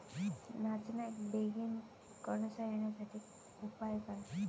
नाचण्याक बेगीन कणसा येण्यासाठी उपाय काय?